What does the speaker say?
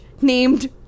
Named